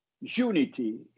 unity